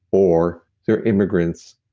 or their immigrants